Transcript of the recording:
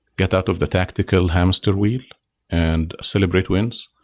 get out of the tactical hamster wheel and celebrate wins,